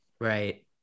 Right